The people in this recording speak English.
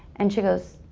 and she goes,